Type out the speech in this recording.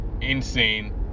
Insane